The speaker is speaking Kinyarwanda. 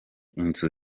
inzu